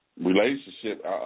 relationship